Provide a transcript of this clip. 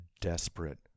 desperate